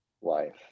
life